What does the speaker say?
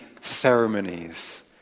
ceremonies